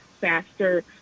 faster